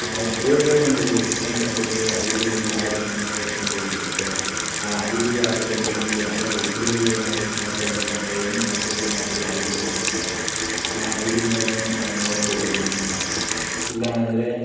ಹೋದ್ರೆ ಒಂದು ಸ್ನೇಹಿತರ ಜೊತೆಗೆ ಐದು ಇಲ್ಲ ಆರು ಜನ ಸೇರಿಕೊಂಡು ಹೋಗ್ಬೇಕು ಆ ಐದು ಆರು ಜನದಲ್ಲಿ ಯಾರಾದ್ರೂ ಒಬ್ರದು ಏನಾರೂ ಸಮಸ್ಯೆ ಬಂತು ಅಂದರೆ ಇನ್ನೂ ನಾಲ್ಕು ಜನ ಇಲ್ಲ ಐದು ಜನ ಇರ್ತವೆ ಆ ಐದು ಜನಾನು ನಾವು ನೋಡ್ಕೋಬೋದು ಮುಂದೆ ಇಲ್ಲ ಅಂದರೆ